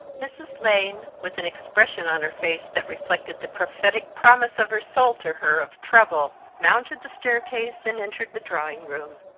mrs. lane, with an expression on her face that reflected the prophetic promise of her soul to her of trouble, mounted the staircase and entered the drawing room.